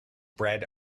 bread